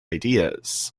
ideas